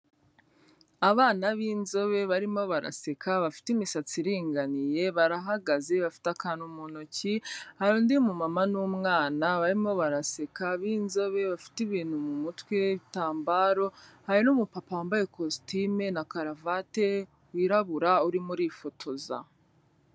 Abana b'inzobe barimo baraseka bafite imisatsi iringaniye barahagaze bafite akantu mu ntoki, hari undi mumama n'umwana barimo baraseka b'inzobe bafite ibintu mu mutwe ibitambaro, hari n'umupapa wambaye ikositime na karavate wirabura urimo urifotoza.